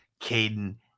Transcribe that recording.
Caden